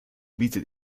bietet